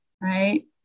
right